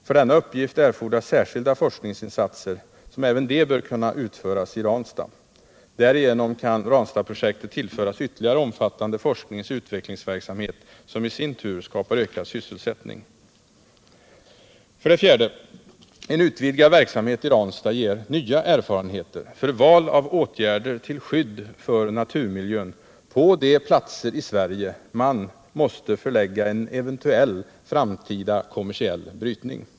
För denna uppgift erfordras särkilda forskningsinsatser, som även de bör kunna utföras i Ranstad. Därigenom tillförs Ranstadsprojektet ytterligare omfattande forskningsoch utvecklingsverksamhet som i sin tur skapar ökad sysselsättning. 4. En utvidgad verksamhet i Ranstad ger nya erfarenheter för val av åtgärder till skydd för naturmiljön på de platser i Sverige där man måste förlägga en eventuell framtida kommersiell brytning.